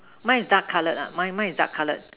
mine is dark colored ah mine mine is dark colored